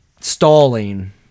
stalling